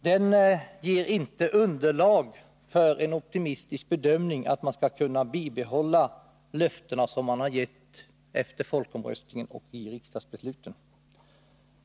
Den ger inte underlag för en optimistisk bedömning att man skall kunna infria de löften som man givit efter folkomröstningen och i riksdagsbesluten.